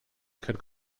could